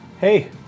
Hey